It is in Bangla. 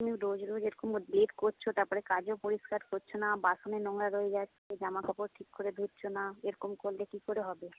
তুমি রোজ রোজ এরকম লেট করছো তারপরে কাজও পরিষ্কার করছো না বাসনে নোংরা রয়ে যাচ্ছে জামাকাপড় ঠিক করে ধুচ্ছো না এরকম করলে কি করে হবে